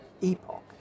epoch